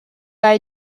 hij